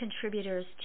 contributors